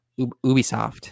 Ubisoft